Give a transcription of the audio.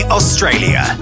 Australia